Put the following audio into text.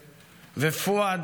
פואד,